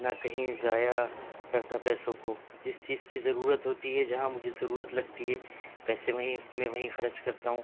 نہ کہیں ضائع کرتا پیسوں کو جس چیز کی ضرورت ہوتی ہے جہاں مجھے ضرورت لگتی ہے پیسے وہیں میں وہیں خرچ کرتا ہوں